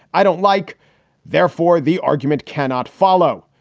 i don't like therefore, the argument cannot follow.